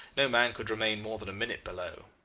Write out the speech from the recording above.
no man could remain more than a minute below.